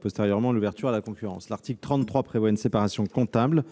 postérieurement à l'ouverture à la concurrence. L'article 33 prévoit une séparation comptable